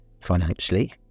financially